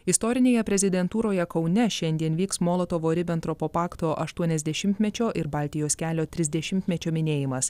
istorinėje prezidentūroje kaune šiandien vyks molotovo ribentropo pakto aštuoniasdešimtmečio ir baltijos kelio trisdešimtmečio minėjimas